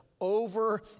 over